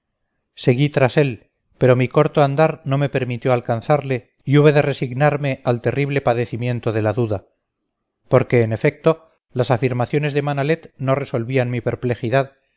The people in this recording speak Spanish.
seguí tras él pero mi corto andar no me permitió alcanzarle y hube de resignarme al terrible padecimiento de la duda porque en efecto las afirmaciones de manalet no resolvían mi perplejidad